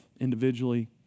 individually